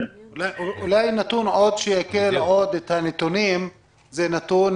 אולי נתון שיבהיר עוד את הנתונים הוא נתון